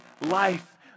life